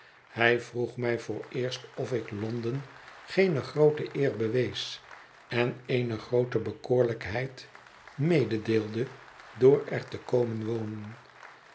hij vroeg mij vooreerst of ik l o n d e n geene groote eer bewees en eene groote bekoorlijkheid mededeelde door er te komen wonen